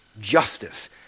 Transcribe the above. justice